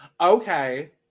Okay